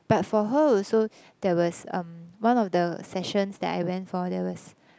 but for her also there was um one of the sessions that I went for there was